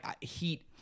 heat